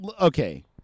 Okay